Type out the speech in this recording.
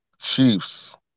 Chiefs